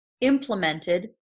implemented